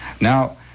Now